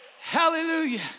Hallelujah